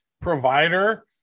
provider